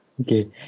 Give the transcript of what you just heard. Okay